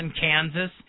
Kansas